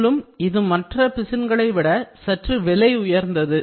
மேலும் இது மற்ற பிசின்களை விட சற்று விலை உயர்ந்தது